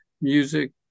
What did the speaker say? music